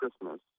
christmas